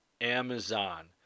Amazon